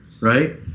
right